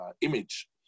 image